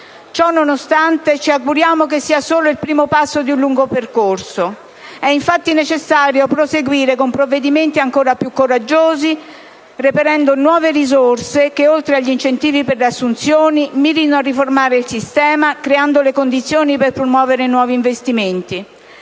Ciò nonostante, ci auguriamo che sia solo il primo passo di un lungo percorso. È infatti necessario proseguire con provvedimenti ancora più coraggiosi, reperendo nuove risorse che, oltre agli incentivi per le assunzioni, mirino a riformare il sistema creando le condizioni per promuovere nuovi investimenti.